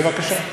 בבקשה.